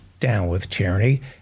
downwithtyranny